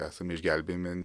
esame išgelbėjami